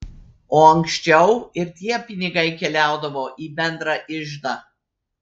o ankščiau ir tie pinigai keliaudavo į bendrą iždą